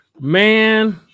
Man